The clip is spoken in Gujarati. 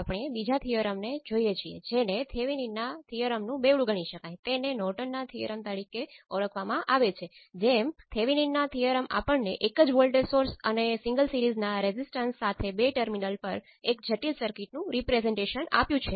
આપણે અગાઉ બે પોર્ટ નેટવર્ક સ્પષ્ટ કરવા જેવું છે